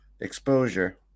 exposure